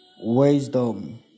Wisdom